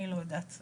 אז אני לא יודעת.